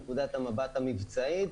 נקודת המבט המבצעית,